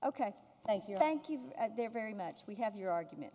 ok thank you thank you very much we have your argument